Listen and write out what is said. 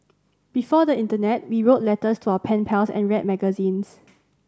before the internet we wrote letters to our pen pals and read magazines